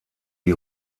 die